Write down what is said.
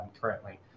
currently